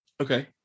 Okay